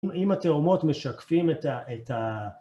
אם התאומות משקפים את ה...